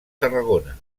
tarragona